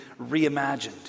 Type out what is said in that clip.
reimagined